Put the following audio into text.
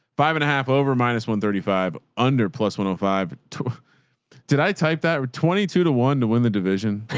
five and a half over minus one thirty five under plus one oh five. did i type that? or twenty two to one to win the division.